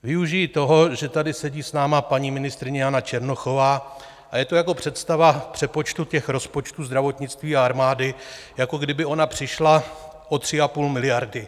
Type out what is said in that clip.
Využiji toho, že tady sedí s námi paní ministryně Jana Černochová, a je to jako představa přepočtu těch rozpočtů zdravotnictví a armády, jako kdyby ona přišla o 3,5 miliardy.